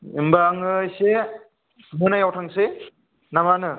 होनबा आङो इसे मोनायाव थांनोसै ना मा होनो